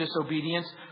disobedience